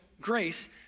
grace